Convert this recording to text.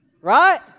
Right